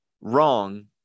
wrong